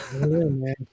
man